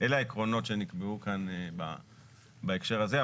אלה העקרונות שנקבעו כאן בהקשר הזה.